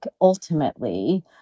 ultimately